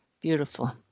beautiful